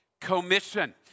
Commission